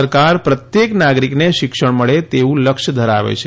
સરકાર પ્રત્યેક નાગરિકને શિક્ષણ મળે તેવું લક્ષ્ય ધરાવે છે